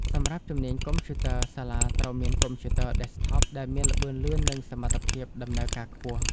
សម្រាប់ជំនាញកុំព្យូទ័រ សាលាត្រូវមានកុំព្យូទ័រ Desktop ដែលមានល្បឿនលឿននិងសមត្ថភាពដំណើរការខ្ពស់។